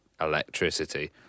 electricity